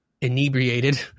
inebriated